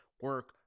Work